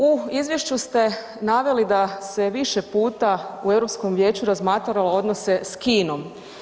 U Izvješću ste naveli da se više puta u Europskom vijeću razmatralo odnose sa Kinom.